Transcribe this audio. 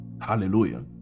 Hallelujah